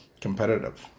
Competitive